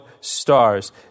stars